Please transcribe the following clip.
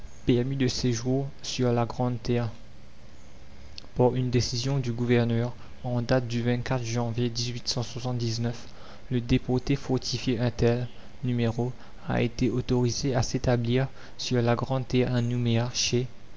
de séjour sur la grande terre par une décision du gouverneur en date du janvier le déporté fortifié un tel n a été autorisé à s'établir sur la grande terre à nouméa chez